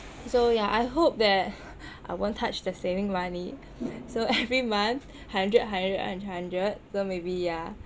so ya I hope that I won't touch the saving money so every month hundred hundred hundred hundred so maybe ya